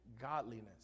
godliness